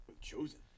chosen